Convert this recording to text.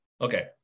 Okay